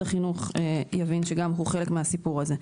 החינוך יבין שגם הוא חלק מהסיפור הזה.